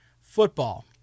football